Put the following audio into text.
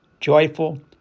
joyful